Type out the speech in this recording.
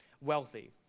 wealthy